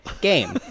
game